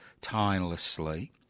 tirelessly